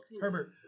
Herbert